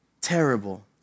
terrible